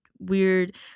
weird